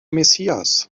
messias